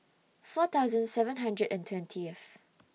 four thousand seven hundred and twentieth